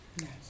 Yes